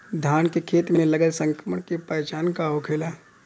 धान के खेत मे लगल संक्रमण के पहचान का होखेला?